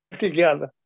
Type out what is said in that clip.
together